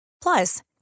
Plus